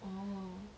oh